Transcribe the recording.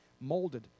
molded